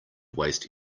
waste